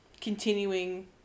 continuing